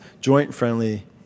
joint-friendly